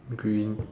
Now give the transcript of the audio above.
green